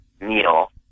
meal